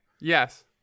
Yes